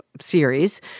series